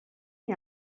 est